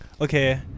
Okay